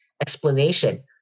explanation